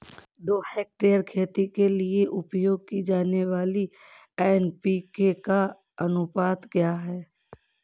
दो हेक्टेयर खेती के लिए उपयोग की जाने वाली एन.पी.के का अनुपात क्या है?